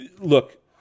look